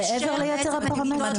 מעבר ליתר הפרמטרים.